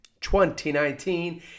2019